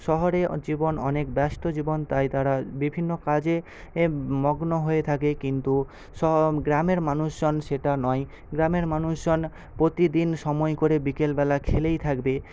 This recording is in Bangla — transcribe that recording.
শহরে জীবন অনেক ব্যস্ত জীবন তাই তারা বিভিন্ন কাজে মগ্ন হয়ে থাকে কিন্তু গ্রামের মানুষজন সেটা নই গ্রামের মানুষজন প্রতিদিন সময় করে বিকেলবেলা খেলেই থাকবে